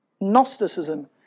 Gnosticism